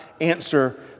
answer